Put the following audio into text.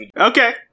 Okay